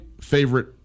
favorite